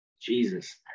Jesus